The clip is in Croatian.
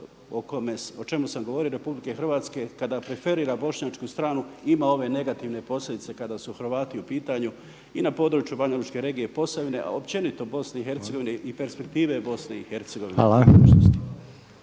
o čemu sam govorio RH kada preferira bošnjačku stranu ima ove negativne posljedice kada su Hrvati u pitanju i na području Banjalučke regije i Posavine a općenito BiH i perspektive Bih u budućnosti.